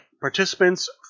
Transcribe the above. participants